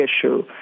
issue